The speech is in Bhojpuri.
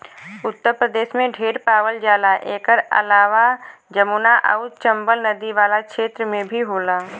उत्तर प्रदेश में ढेर पावल जाला एकर अलावा जमुना आउर चम्बल नदी वाला क्षेत्र में भी होला